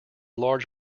large